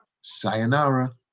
Sayonara